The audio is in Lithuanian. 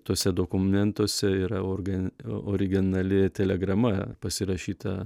tuose dokumėntuose yra orgė originali telegrama pasirašyta